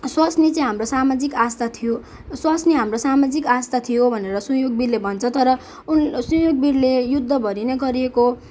स्वास्नी चाहिँ हाम्रो सामाजिक आस्था थियो स्वास्नी हाम्रो सामाजिक आस्था थियो भनेर सुयोगवीरले भन्छ तर सुयोगवीरले युद्धभरि नेै गरिएको